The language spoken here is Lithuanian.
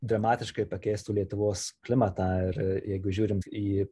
dramatiškai pakeistų lietuvos klimatą ir jeigu žiūrint į